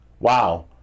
Wow